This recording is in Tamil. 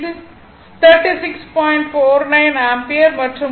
46 ஆம்பியர் மற்றும் உண்மையில் IC q y